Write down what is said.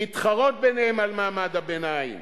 להתחרות ביניהם על מעמד הביניים,